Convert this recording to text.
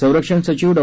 संरक्षण सचिव डॉ